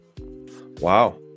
Wow